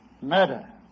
Murder